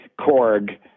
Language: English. Korg